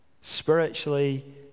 spiritually